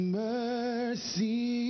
mercy